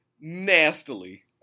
nastily